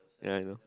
ya you know